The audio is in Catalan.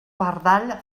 pardal